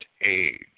age